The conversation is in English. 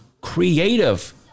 creative